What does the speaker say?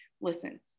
listen